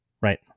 right